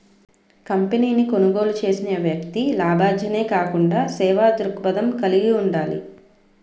కంపెనీని కొనుగోలు చేసిన వ్యక్తి లాభాజనే కాకుండా సేవా దృక్పథం కలిగి ఉండాలి